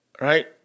right